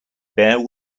bare